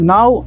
Now